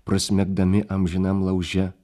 prasmegdami amžinam lauže